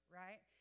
right